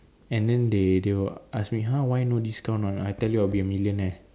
and then they they will ask me !huh! why no discount one I tell you I'll be a millionaire